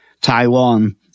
Taiwan